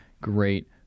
great